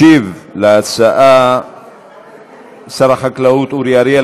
ישיב על ההצעה שר החקלאות אורי אריאל.